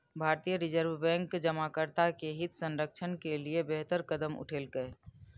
भारतीय reserve bank जमाकर्ता के हित संरक्षण के लिए बेहतर कदम उठेलकै